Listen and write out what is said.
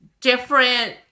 different-